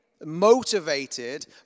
Motivated